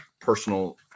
personal